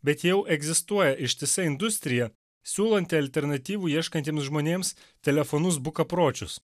bet jau egzistuoja ištisa industrija siūlanti alternatyvų ieškantiems žmonėms telefonus bukapročius